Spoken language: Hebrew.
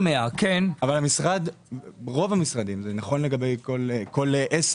אבל רוב המשרדים זה נכון לגבי כל עסק